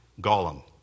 Gollum